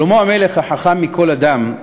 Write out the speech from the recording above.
שלמה המלך, החכם מכל אדם,